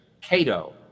Cato